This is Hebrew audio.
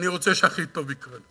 אני רוצה שהכי טוב יקרה.